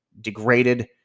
degraded